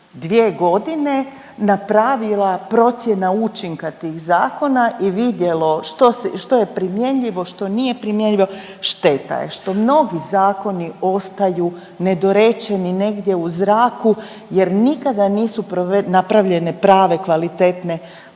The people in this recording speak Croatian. od 2 godine napravila procjena učinka tih zakona i vidjelo što se, što je primjenjivo, što nije primjenjivo. Šteta je što mnogi zakoni ostaju nedorečeni negdje u zraku jer nikada nisu prov… napravljene prave, kvalitetne